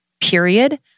period